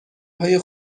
های